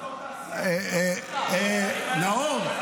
--- נאור.